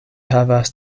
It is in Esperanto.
havas